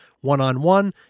One-on-One